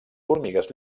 formigues